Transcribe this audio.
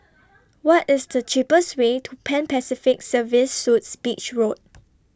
What IS The cheapest Way to Pan Pacific Serviced Suites Beach Road